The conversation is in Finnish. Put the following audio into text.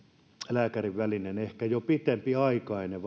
lääkärin vaikkapa työterveyslääkärin välinen ehkä jo pitempiaikainen